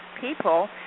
people